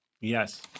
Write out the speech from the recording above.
Yes